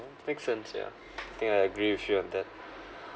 make sense yeah I think I agree with you on that